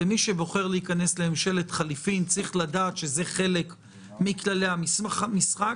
מי שבוחר להיכנס לממשלת חילופים צריך לדעת שזה חלק מכללי המשחק.